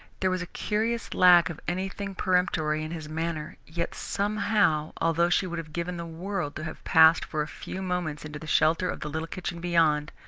there was a curious lack of anything peremptory in his manner, yet somehow, although she would have given the world to have passed for a few moments into the shelter of the little kitchen beyond,